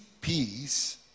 peace